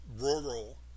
rural